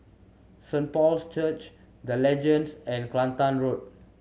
Saint Paul's Church The Legends and Kelantan Road